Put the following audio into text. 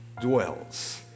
dwells